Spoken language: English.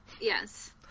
Yes